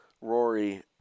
Rory